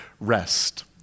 rest